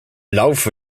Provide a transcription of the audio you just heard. laufe